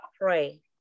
pray